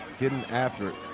getting after it.